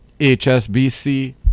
HSBC